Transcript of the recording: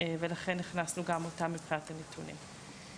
ולכן גם הכנסנו אותם מבחינת הנתונים.